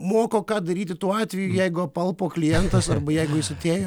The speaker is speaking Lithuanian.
moko ką daryti tuo atveju jeigu apalpo klientas arba jeigu jis atėjo